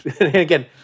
again